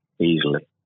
Easily